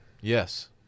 Yes